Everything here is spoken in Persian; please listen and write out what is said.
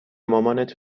مامانت